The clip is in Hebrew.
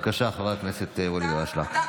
בבקשה, חבר הכנסת ואליד אלהואשלה.